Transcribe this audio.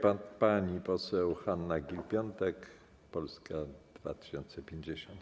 Pani poseł Hanna Gill-Piątek, Polska 2050.